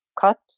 cut